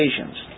occasions